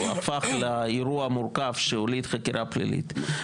הוא הפך לאירוע מורכב שהוליד חקירה פלילית,